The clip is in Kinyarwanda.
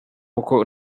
uko